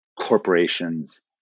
corporations